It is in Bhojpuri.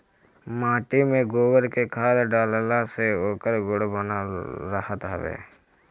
माटी में गोबर के खाद डालला से ओकर गुण बनल रहत हवे